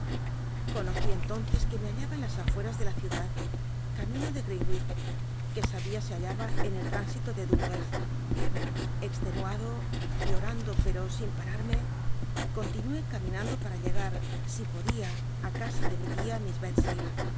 conol'i entonces que me hallaba en las afueras de la ciudad camino de greenwi h que sabia se hallaba tn el tr inoito de don tes extenuado llorando pero sin pararme contin ué caminnndo para llegar si podía i casa de mi ti